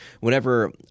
Whenever